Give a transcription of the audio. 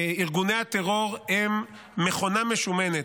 ארגוני הטרור הם מכונה משומנת,